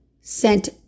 sent